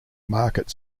market